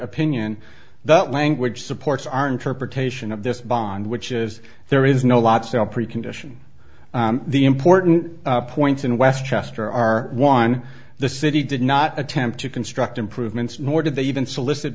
opinion that language supports our interpretation of this bond which is there is no lots of precondition the important points in west chester are one the city did not attempt to construct improvements nor did they even solicit